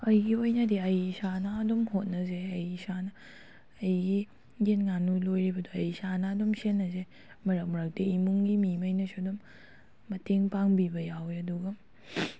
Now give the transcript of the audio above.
ꯑꯩꯒꯤ ꯑꯣꯏꯅꯗꯤ ꯑꯩ ꯏꯁꯥꯅ ꯑꯗꯨꯝ ꯍꯣꯠꯅꯖꯩ ꯑꯩ ꯏꯁꯥꯅ ꯑꯩꯒꯤ ꯌꯦꯟ ꯉꯥꯅꯨ ꯂꯣꯏꯔꯤꯕꯗꯣ ꯑꯩ ꯏꯁꯥꯅ ꯑꯗꯨꯝ ꯁꯦꯟꯅꯖꯩ ꯃꯔꯛ ꯃꯔꯛꯇ ꯏꯃꯨꯡꯒꯤ ꯃꯤꯉꯩꯅꯁꯨ ꯑꯗꯨꯝ ꯃꯇꯦꯡ ꯄꯥꯡꯕꯤꯕ ꯌꯥꯎꯋꯦ ꯑꯗꯨꯒ